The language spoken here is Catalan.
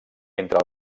entre